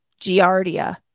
Giardia